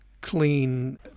clean